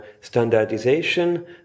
standardization